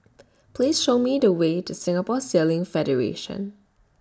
Please Show Me The Way to Singapore Sailing Federation